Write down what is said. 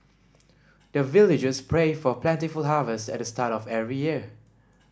the villagers pray for plentiful harvest at the start of every year